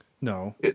No